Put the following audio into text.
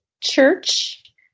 church